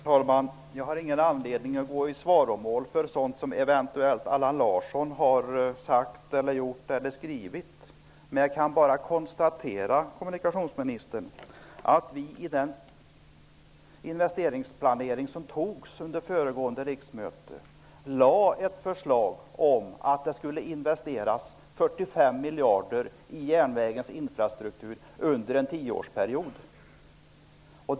Herr talman! Jag har ingen anledning att gå i svaromål för sådant som Allan Larsson eventuellt har sagt eller gjort eller skrivit. Jag kan bara konstatera, kommunikationsministern, att vi vid den investeringsplanering som gjordes under föregående riksmöte lade ett förslag om att det skulle investeras 45 miljarder i järnvägens infrastruktur under en tioårsperiod.